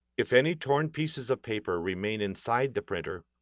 if any torn pieces of paper remain inside the printer,